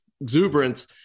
exuberance